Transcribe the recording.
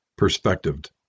perspectived